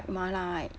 mala right